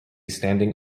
standing